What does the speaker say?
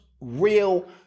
real